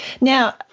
now